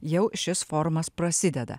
jau šis forumas prasideda